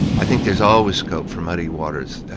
i think there's always scope for muddy waters.